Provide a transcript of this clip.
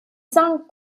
cinq